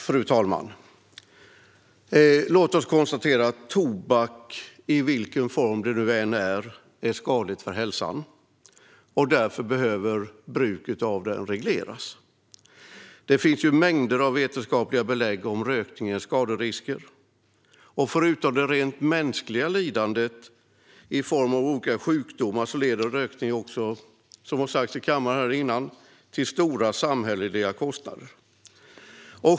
Fru talman! Låt oss konstatera att tobak är skadlig för hälsan i vilken form den än är i, och därför behöver bruket av den regleras. Det finns mängder av vetenskapliga belägg om rökningens skaderisker. Förutom det rent mänskliga lidandet i form av olika sjukdomar leder rökningen också, som har sagts här i kammaren innan, till stora samhälleliga kostnader.